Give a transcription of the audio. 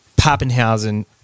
Pappenhausen